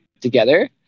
together